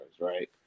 right